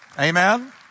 Amen